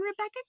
rebecca